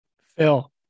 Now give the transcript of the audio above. Phil